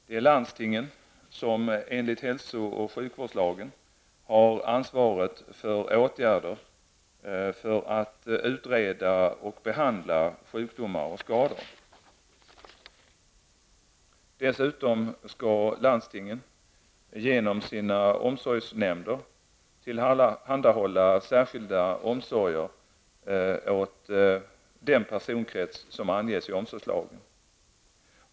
Det är landstingen som enligt hälso och sjukvårdslagen har ansvaret för åtgärder för att utreda och behandla sjukdomar och skador. Dessutom skall landstingen genom sina omsorgsnämnder tillhandahålla särskilda omsorger åt den personkrets som anges i omsorgslagen.